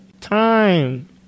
time